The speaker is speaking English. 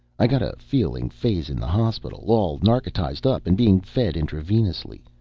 i got a feeling fay's in the hospital, all narcotized up and being fed intravenously.